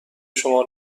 شما